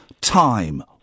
time